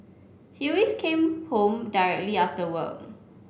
he always came home directly after work